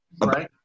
Right